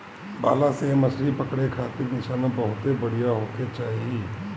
भाला से मछरी पकड़े खारित निशाना बहुते बढ़िया होखे के चाही